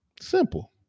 Simple